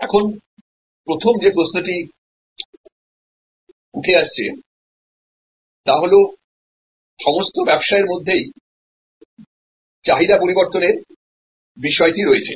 এখন প্রথম যে প্রশ্নটিউঠে আসছে তা হল সমস্ত ব্যবসায়ের মধ্যেই চাহিদা পরিবর্তনের বিষয়টি রয়েছে